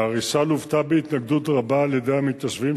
ההריסה לוותה בהתנגדות רבה של המתיישבים,